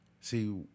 See